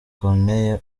corneille